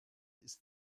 ist